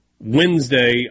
Wednesday